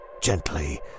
gently